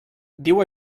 diu